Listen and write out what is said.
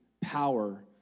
power